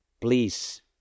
please